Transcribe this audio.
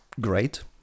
great